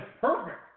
perfect